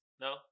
No